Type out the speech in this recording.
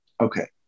Okay